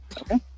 Okay